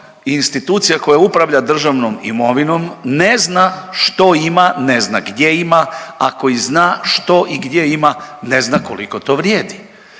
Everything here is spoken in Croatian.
institucija koja upravlja državnom imovinom ne zna što ima, ne zna gdje ima, ako i zna što i gdje ima, ne zna koliko to vrijedi.